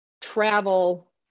travel